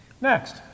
Next